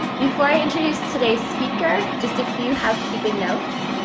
before i introduce today's speaker, just a few housekeeping notes,